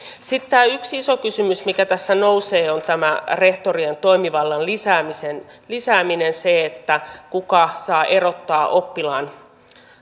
sitten tämä yksi iso kysymys mikä tässä nousee on rehtorien toimivallan lisääminen se kuka saa erottaa oppilaan